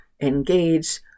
engage